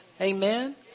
Amen